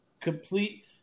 Complete